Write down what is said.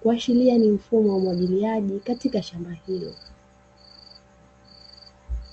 Kuashiria ni mfumo wa umwagiliaji katika shamba hilo.